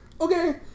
Okay